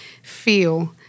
feel